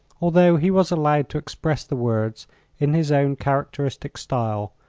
although he was allowed to express the words in his own characteristic style,